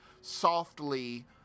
softly